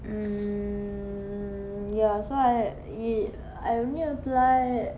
mm ya so I e~ I only applied